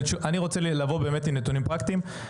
אני רוצה לבוא באמת עם נתונים פרקטיים.